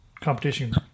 competition